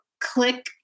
click